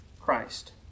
Christ